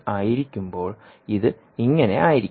ആയിരിക്കുമ്പോൾ ഇത് ഇങ്ങനെ ആയിരിക്കും